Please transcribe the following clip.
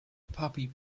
puppy